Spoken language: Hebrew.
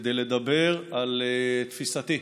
כדי לדבר על תפיסתי,